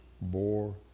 bore